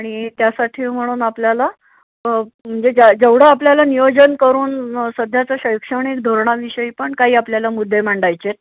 आणि त्यासाठी म्हणून आपल्याला म्हणजे ज्या जेवढं आपल्याला नियोजन करून सध्याचं शैक्षणिक धोरणाविषयी पण काही आपल्याला मुद्दे मांडायचेत